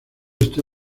este